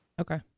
Okay